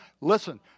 Listen